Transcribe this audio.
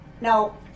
Now